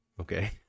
Okay